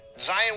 Zion